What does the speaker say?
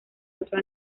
otro